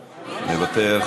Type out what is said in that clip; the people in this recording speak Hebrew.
מוותר,